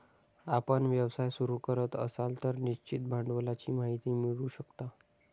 आपण व्यवसाय सुरू करत असाल तर निश्चित भांडवलाची माहिती मिळवू शकता